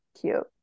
Cute